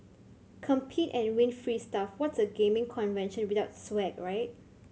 compete and win free stuff what's a gaming convention without swag right